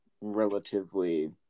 relatively